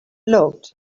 looked